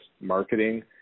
marketing